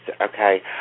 okay